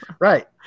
Right